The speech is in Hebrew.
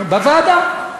בוועדה.